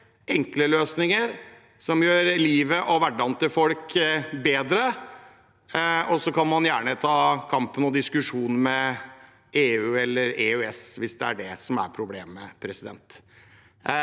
enkle løsninger som gjør livet og hverdagen til folk bedre. Så kan man gjerne ta kampen og diskusjonen med EU eller EØS hvis det er det som er problemet. Jeg